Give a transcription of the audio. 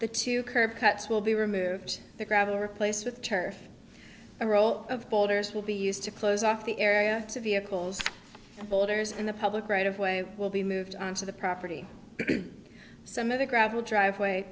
the to curb cuts will be removed the gravel replaced with turf a roll of boulders will be used to close off the area to vehicles boulders and the public right of way will be moved onto the property some of the gravel driveway